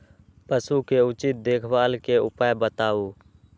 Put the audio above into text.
पशु के उचित देखभाल के उपाय बताऊ?